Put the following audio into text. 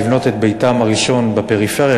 לבנות את ביתם הראשון בפריפריה,